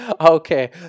Okay